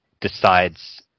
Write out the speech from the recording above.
decides